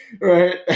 Right